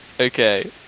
okay